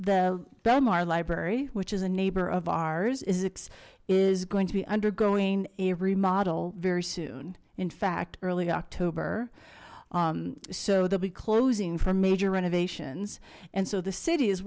belmar library which is a neighbor of ours is it's is going to be undergoing a remodel very soon in fact early october so they'll be closing for major renovations and so the city is